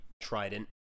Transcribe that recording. trident